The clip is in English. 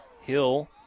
Hill